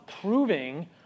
proving